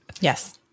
Yes